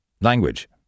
language